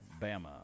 bama